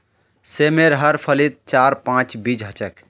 सेमेर हर फलीत चार पांच बीज ह छेक